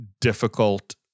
difficult